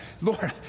Lord